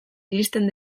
iristen